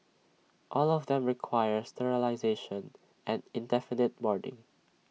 all of them require sterilisation and indefinite boarding